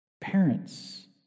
Parents